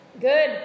Good